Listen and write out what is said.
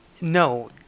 No